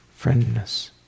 friendness